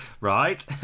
Right